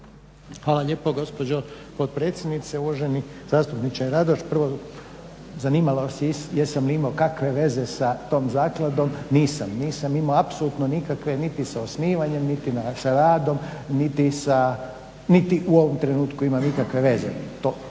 Hvala lijepo gospođo potpredsjednice. Uvaženi zastupniče Radoš, prvo zanimalo vas je jesam li imao kakve veze sa tom zakladom, nisam, nisam imao apsolutne nikakve niti sa osnivanjem, niti sa radom niti u ovom trenutku imam ikakve veze. To